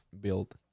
build